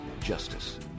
justice